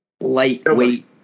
lightweight